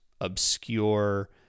obscure